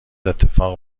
اتفاق